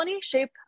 Shape